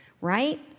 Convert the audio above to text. Right